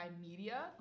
media